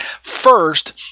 first